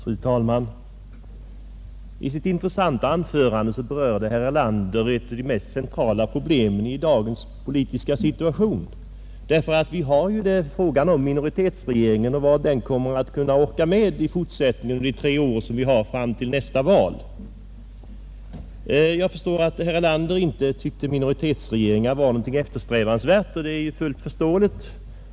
Fru talman! I sitt intressanta anförande berörde herr Erlander ett av de mest centrala problemen i dagens politiska situation: frågan om vad minoritetsregeringen skall kunna orka med under de tre åren fram till nästa val. Att herr Erlander inte tyckte att minoritetsregeringar var någonting eftersträvansvärt är fullt förståeligt.